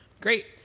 Great